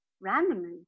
Randomly